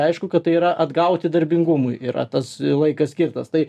aišku kad tai yra atgauti darbingumui yra tas laikas skirtas tai